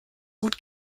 gut